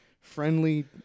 friendly